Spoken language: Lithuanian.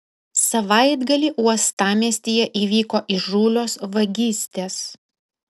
savaitgalį uostamiestyje įvyko įžūlios vagystės